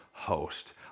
Host